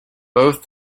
both